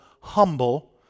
humble